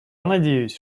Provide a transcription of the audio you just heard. надеюсь